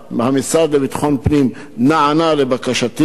המשרד לביטחון פנים נענה לבקשתי,